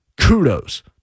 Kudos